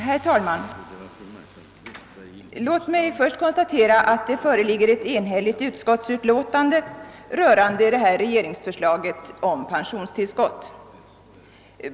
Herr talman! Låt mig först konstatera att det föreligger ett enhälligt utskottsutlåtande rörande detta regeringsförslag om pensionstillskott.